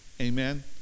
amen